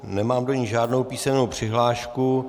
Nemám do ní žádnou písemnou přihlášku.